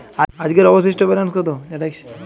আজকের অবশিষ্ট ব্যালেন্স কত?